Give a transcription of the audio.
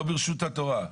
לא ברשות התורה.